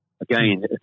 Again